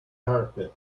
carpet